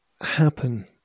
happen